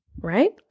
right